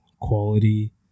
quality